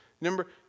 Number